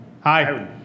Hi